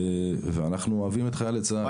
אנחנו אוהבים את חיילי צה"ל --- מה